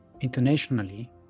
internationally